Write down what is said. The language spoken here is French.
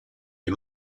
les